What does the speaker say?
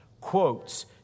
quotes